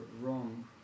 wrong